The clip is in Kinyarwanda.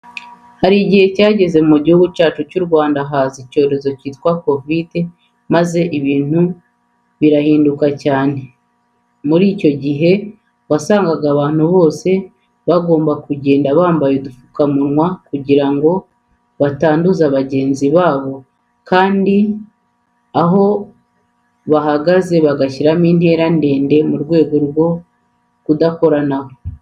Hari igihe cyageze mu gihugu cyacu cy'u Rwanda haza icyorezo cyitwa kovide maze ibintu birahinduka cyane. Muri icyo gihe wasangaga abantu bose bagomba kugenda bambaye udupfukamunwa kugira ngo batanduza bagenzi babo kandi aho bahagaze bagashyiramo intera ndende mu rwego rwo kudakoranaho.